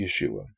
Yeshua